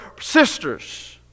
sisters